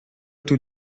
tout